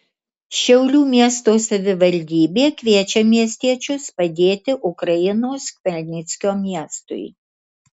šiaulių miesto savivaldybė kviečia miestiečius padėti ukrainos chmelnickio miestui